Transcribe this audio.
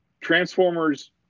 Transformers